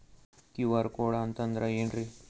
QR code ಅಂತಂದ್ರ ಏನ್ರೀ?